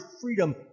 freedom